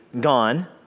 gone